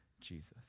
Jesus